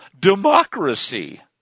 democracy